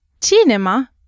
Cinema